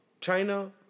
China